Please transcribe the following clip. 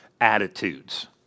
attitudes